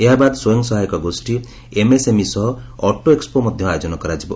ଏହା ବାଦ୍ ସ୍ୱୟଂସହାୟକ ଗୋଷୀ ଏମ୍ଏସ୍ଏମ୍ଇ ସହ ଅଟୋ ଏକ୍ପୋ ମଧ୍ଧ ଆୟୋଜନ କରାଯିବ